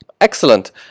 Excellent